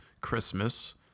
christmas